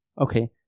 Okay